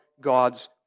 God's